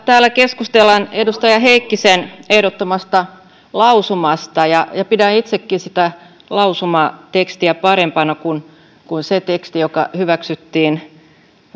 täällä keskustellaan edustaja heikkisen ehdottamasta lausumasta pidän itsekin sitä lausumatekstiä parempana kuin sitä tekstiä joka hyväksyttiin